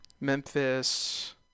Memphis